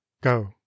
go